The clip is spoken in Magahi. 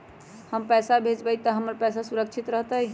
हम पैसा भेजबई तो हमर पैसा सुरक्षित रहतई?